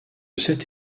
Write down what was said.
cette